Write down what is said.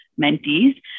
mentees